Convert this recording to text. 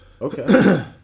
Okay